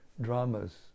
dramas